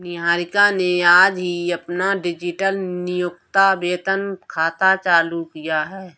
निहारिका ने आज ही अपना डिजिटल नियोक्ता वेतन खाता चालू किया है